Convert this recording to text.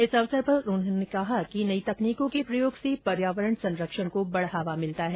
इस अवसर पर उन्होंने कहा कि नई तकनीकों के प्रयोग से पर्यावरण संरक्षण को बढावा मिलता है